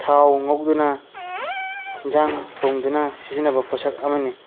ꯊꯥꯎ ꯉꯧꯗꯨꯅ ꯌꯦꯟꯁꯥꯡ ꯊꯣꯡꯗꯨꯅ ꯁꯤꯖꯤꯟꯅꯕ ꯄꯣꯠꯁꯛ ꯑꯃꯅꯤ